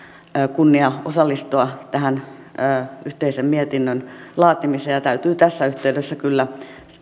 kunnia osallistua tähän yhteisen mietinnön laatimiseen ja täytyy tässä yhteydessä kyllä